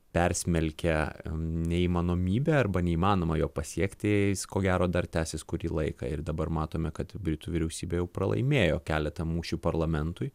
persmelkia neįmanomybė arba neįmanoma jo pasiekti jis ko gero dar tęsis kurį laiką ir dabar matome kad britų vyriausybė jau pralaimėjo keletą mūšių parlamentui